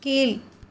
கீழ்